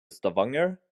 stavanger